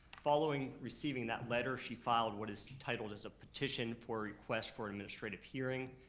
following receiving that letter, she filed what is titled as a petition for request for administrative hearing,